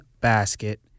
basket